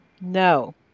No